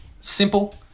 simple